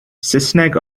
saesneg